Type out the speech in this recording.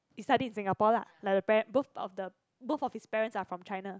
residing in Singapore lah like the paren~ both of the both of his parents are from China